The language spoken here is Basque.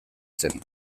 zen